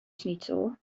schnitzel